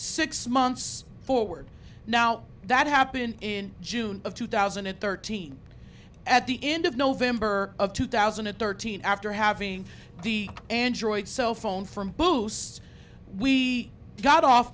six months forward now that happened in june of two thousand and thirteen at the end of november of two thousand and thirteen after having the android cell phone from boosts we got off